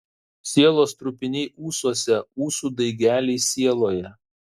sielos trupiniai ūsuose ūsų daigeliai sieloje